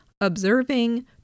observing